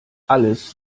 alles